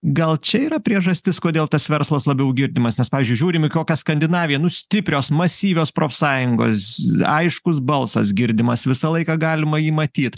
gal čia yra priežastis kodėl tas verslas labiau girdimas nes pavyzdžiui žiūrim į kokią skandinaviją nu stiprios masyvios profsąjungos aiškus balsas girdimas visą laiką galima jį matyt